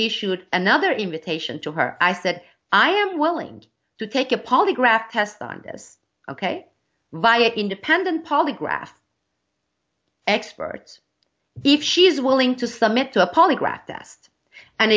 issued another invitation to her i said i am willing to take a polygraph test on this ok by independent polygraph experts if she is willing to submit to a polygraph test and